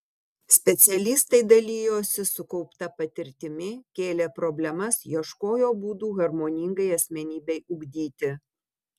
specialistai dalijosi sukaupta patirtimi kėlė problemas ieškojo būdų harmoningai asmenybei ugdyti